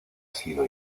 sido